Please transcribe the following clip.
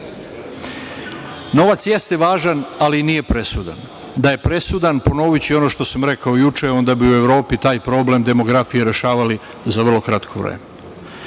nešto. Novac jeste važan, ali nije presudan. Da je presudan, ponoviću i ono što sam rekao juče, onda bi u Evropi taj problem demografije rešavali za vrlo kratko vreme,